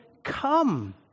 come